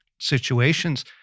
situations